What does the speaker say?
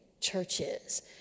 churches